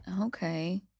Okay